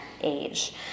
age